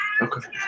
Okay